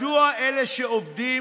מדוע אלה שעובדים